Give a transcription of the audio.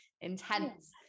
intense